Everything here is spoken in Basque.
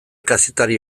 kazetari